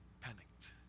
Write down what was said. panicked